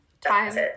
Time